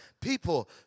People